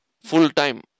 full-time